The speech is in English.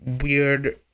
weird